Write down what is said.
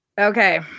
okay